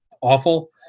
awful